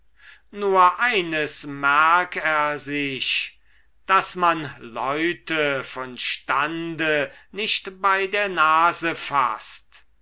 nur eines merk er sich daß man leute von stande nicht bei der nase faßt